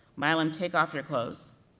milam, take off your clothes.